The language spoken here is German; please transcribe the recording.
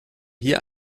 hier